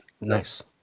nice